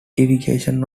irrigation